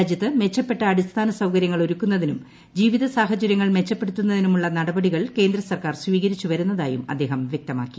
രാജ്യത്ത് മെച്ചപ്പെട്ട അടിസ്ഥാന സൌകര്യങ്ങൾ ഒരുക്കുന്നതിനും ജീവിത സാഹചര്യങ്ങൾ മെച്ചപ്പെടുത്തുന്നതിനുമുള്ള നടപടികൾ കേന്ദ്ര സർക്കാർ സ്വീകരിച്ചു ്വരുന്നതായും അദ്ദേഹം വ്യക്തമാക്കി